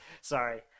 sorry